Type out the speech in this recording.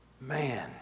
Man